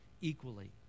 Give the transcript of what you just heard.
equally